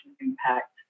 impact